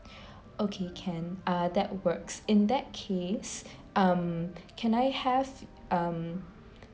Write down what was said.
okay can uh that works in that case um can I have um